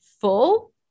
full